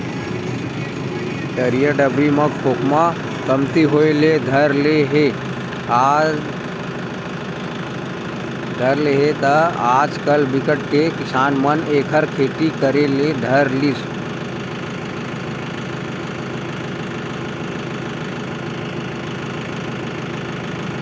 तरिया डबरी म खोखमा कमती होय ले धर ले हे त आजकल बिकट के किसान मन एखर खेती करे ले धर लिस